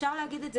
אפשר להגיד את זה: